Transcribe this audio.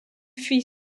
fit